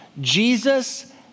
Jesus